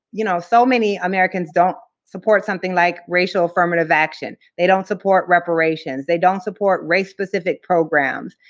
you know, so many americans don't support something like racial affirmative action. they don't support reparations. they don't support race-specific programs.